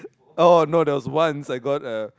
oh no there was once I got a